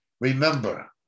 remember